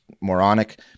moronic